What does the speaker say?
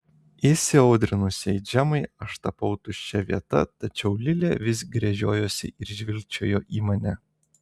įsiaudrinusiai džemai aš tapau tuščia vieta tačiau lilė vis gręžiojosi ir žvilgčiojo į mane